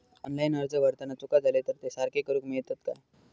Online अर्ज भरताना चुका जाले तर ते सारके करुक मेळतत काय?